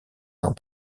sans